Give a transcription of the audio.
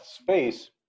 space